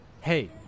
Hey